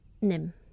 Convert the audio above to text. Nim